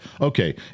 okay